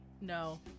No